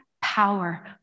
power